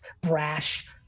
brash